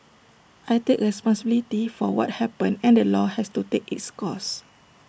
I take responsibility for what happened and the law has to take its course